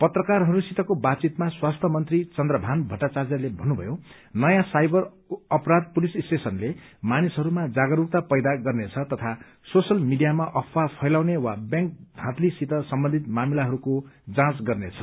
पत्रकारहरूसितको बातचितमा स्वास्थ्य मन्त्री चन्द्रभान भट्टाचार्यले भन्नुभयो नयाँ साइबर अपराध पुलिस स्टेशनले मानिसहरूमा जागरूकता पैदा गर्नेछ तथा सोशल मीडियामा अफवाह फैलाउने वा ब्यांक थाँथलीसित सम्वन्धित मामिलाहरूको जाँच गर्नेछ